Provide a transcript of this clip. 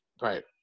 Right